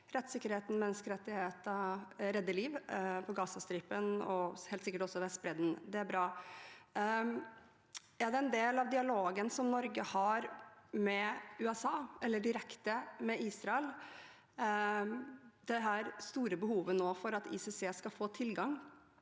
rettssikkerheten, menneskerettigheter, redde liv på Gazastripen og helt sikkert også på Vestbredden. Det er bra. Er det en del av dialogen Norge har med USA eller direkte med Israel, det store behovet nå for at ICC skal få tilgang